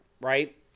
Right